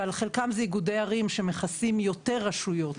וחלקם זה איגודי ערים שמכסים יותר רשויות,